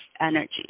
energy